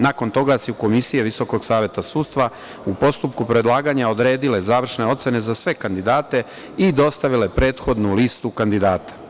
Nakon toga su se u komisije VSS u postupku predlaganja odredile završne ocene za sve kandidate i dostavile prethodnu listu kandidata.